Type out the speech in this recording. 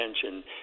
attention